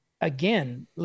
again